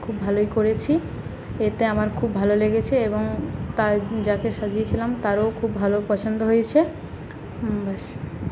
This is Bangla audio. খুব ভালোই করেছি এতে আমার খুব ভালো লেগেছে এবং তা যাকে সাজিয়েছিলাম তারও খুব ভালো পছন্দ হয়েছে ব্যস